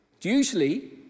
usually